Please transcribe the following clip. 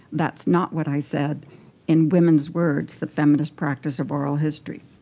that's not what i said in women's words, the feminist practice of oral history.